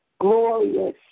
glorious